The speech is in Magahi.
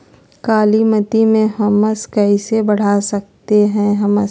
कालीमती में हमस कैसे बढ़ा सकते हैं हमस?